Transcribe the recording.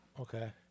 Okay